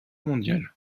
mondiale